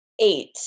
eight